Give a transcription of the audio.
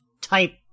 type